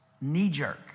knee-jerk